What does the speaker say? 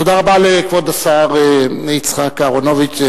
תודה רבה לכבוד השר יצחק אהרונוביץ,